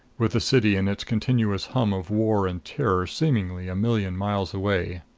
with the city and its continuous hum of war and terror seemingly a million miles away.